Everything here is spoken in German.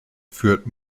führt